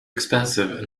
expensive